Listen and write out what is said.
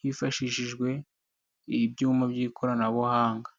hifashishijwe ibyuma by'ikoranabuhanga.